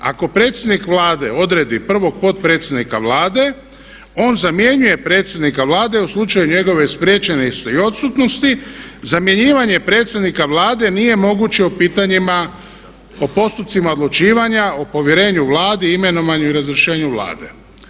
Ako predsjednik Vlade odredi prvog potpredsjednika Vlade on zamjenjuje predsjednika Vlade u slučaju njegove spriječenosti i odsutnosti zamjenjivanje predsjednika Vlade nije moguće u pitanjima o postupcima odlučivanja, o povjerenju Vladi, imenovanju i razrješenju Vlade.